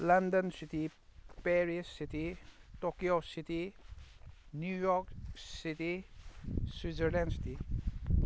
London city Paris city Tokyo city New York City Switzerland city